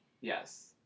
Yes